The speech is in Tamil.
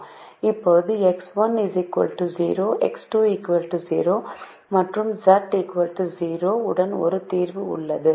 இப்போது X1 0 X 2 0 மற்றும் Z 0 உடன் ஒரு தீர்வு உள்ளது